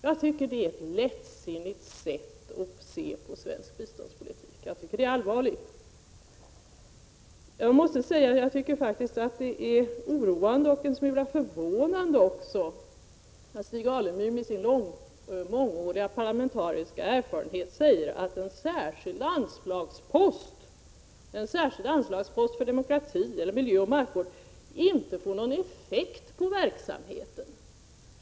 Jag tycker, som sagt, att detta är ett lättsinnigt sätt att se på svensk biståndspolitik. Jag tycker att det är allvarligt. Det är oroande, och dessutom en smula förvånande, att Stig Alemyr med sin mångåriga parlamentariska erfarenhet säger att en särskild anslagspost för demokrati eller miljöoch markvård inte får effekt på verksamheten.